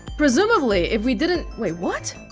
presumably if we didn't wait, what?